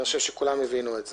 אני חושב שכולם הבינו את זה.